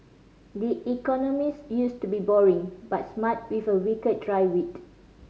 the Economist used to be boring but smart with a wicked dry wit